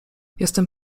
jestem